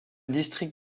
district